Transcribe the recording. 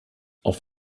auf